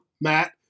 Matt